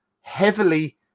heavily